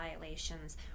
violations